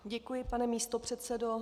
Děkuji, pane místopředsedo.